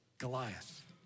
Goliath